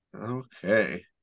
Okay